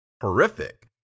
horrific